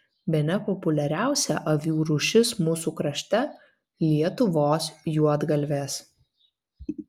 bene populiariausia avių rūšis mūsų krašte lietuvos juodgalvės